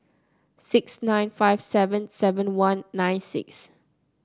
six nine five seven seven one nine six